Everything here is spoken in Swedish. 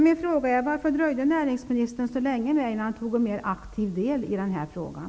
Min fråga är: Varför dröjde näringsministern så länge innan han tog mer aktiv del i den här frågan?